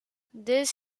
this